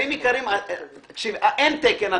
את אומרת שאין תקן.